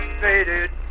faded